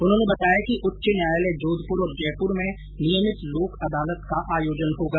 उन्होंने बताया कि उच्च न्यायालय जोधपुर और जयपुर में नियमित लोक अदालत का आयोजन होगा